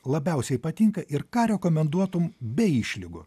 labiausiai patinka ir ką rekomenduotum be išlygų